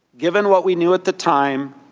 given what we knew at the time,